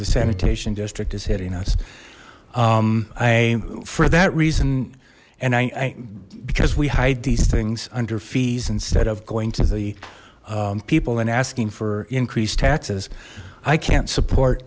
the sanitation district is hitting us i for that reason and i because we hide these things under fees instead of going to the people and asking for increased taxes i can't support